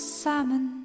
salmon